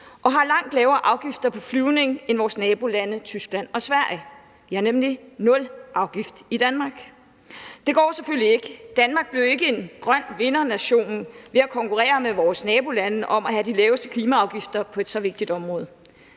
og har langt lavere afgifter på flyvning end vores nabolande Tyskland og Sverige. Vi har nemlig nul afgift i Danmark. Det går selvfølgelig ikke. Danmark bliver jo ikke en grøn vindernation ved at konkurrere med vores nabolande om at have de laveste klimaafgifter på et så vigtigt område.